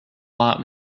out